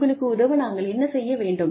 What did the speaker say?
உங்களுக்கு உதவ நாங்கள் என்ன செய்ய வேண்டும்